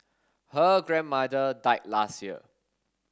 her grandmother died last year